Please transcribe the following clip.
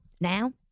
now